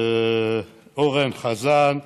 אורן חזן,